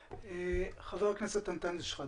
חבר הכנסת אנטאנס שחאדה.